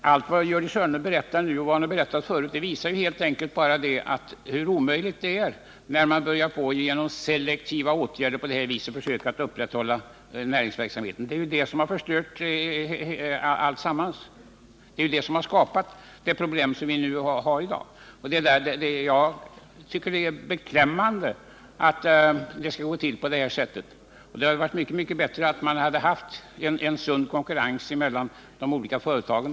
Herr talman! Allt det som Gördis Hörnlund säger nu och det som hon sagt tidigare visar helt enkelt bara hur omöjligt det är att genom selektiva åtgärder på det här sättet försöka upprätthålla näringsverksamheten. Det är det som har förstört alltsammans och som har skapat de problem vi har i dag. Jag tycker att det är beklämmande att det skall få gå till på det här sättet. Det hade varit mycket bättre med en sund konkurrens mellan de olika företagen.